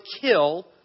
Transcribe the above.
kill